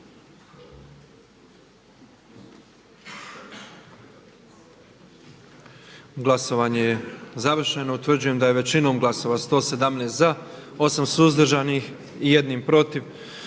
Glasovanje je završeno. Utvrđujem da smo većinom glasova 122 glasova za, 1 suzdržana i bez glasova